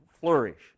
flourish